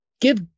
give